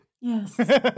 Yes